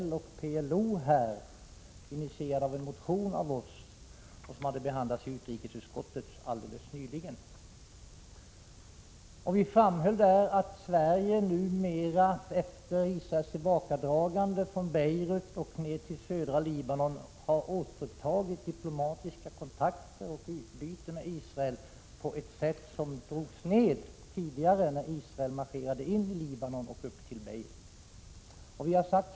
Vi har ju haft en debatt om Israel och PLO här i riksdagen, initierad av en motion från oss i vpk som behandlats i utrikesutskottet alldeles nyligen. Vi framhöll där att Sverige numera, efter Israels tillbakadragande från Beirut och ned till södra Libanon, har återupptagit diplomatiska kontakter och att Sverige åter har ett utbyte med Israel. Vi drog ju ned på kontakterna tidigare när Israel marscherade in i Libanon och ända upp till Beirut.